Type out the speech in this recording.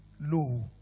low